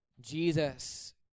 Jesus